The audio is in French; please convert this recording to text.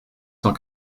cent